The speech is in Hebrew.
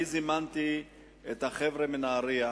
זימנתי את החבר'ה מנהרייה